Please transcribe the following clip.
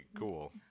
cool